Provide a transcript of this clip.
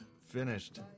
finished